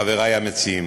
חברי המציעים,